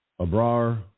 Abrar